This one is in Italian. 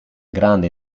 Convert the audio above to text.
grande